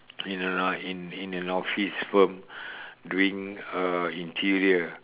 in a in in an office firm doing uh interior